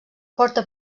porta